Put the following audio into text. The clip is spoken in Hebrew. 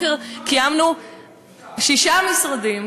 שישה משרדים.